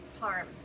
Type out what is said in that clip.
harm